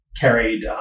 carried